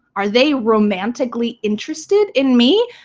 are they romantically interested in me?